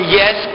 yes